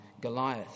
Goliath